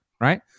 right